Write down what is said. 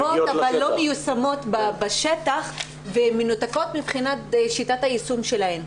טובות אבל לא מיוזמות בשטח ומנותקות מבחינת שיטת היישום שלהן.